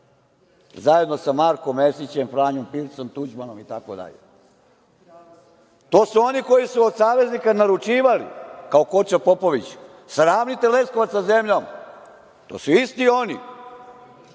zajedno sa Markom Mesićem i Franjom Pircem, Tuđmanom itd. To su oni koji su od saveznika naručivali, kao Kočo Popović, sravnite Leskovac sa zemljom. To su isti oni